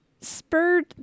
spurred